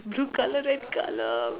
blue colour red colour